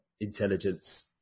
intelligence